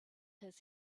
has